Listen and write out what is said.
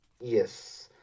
Yes